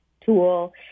tool